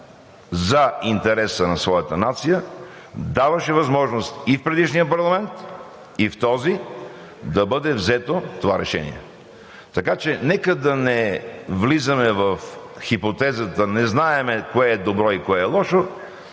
за интереса на своята нация, даваше възможност и в предишния парламент, и в този да бъде взето това решение. Нека да не влизаме в хипотезата: не знаем кое е добро и кое е лошо,